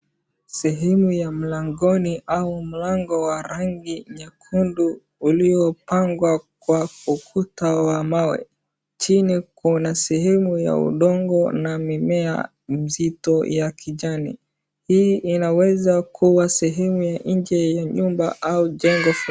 Sehemu ya mlangoni au mlango wa rangi nyekundu uliopangwa kwa ukuta wa wa mawe. Chini kuna sehemu udongo na mimea mzito ya kijani. Hii inaweza kuwa sehemu ya nje ya nyumba au jengo fulani.